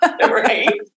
Right